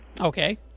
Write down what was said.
Okay